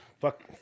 Fuck